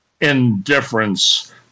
Indifference